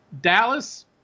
Dallas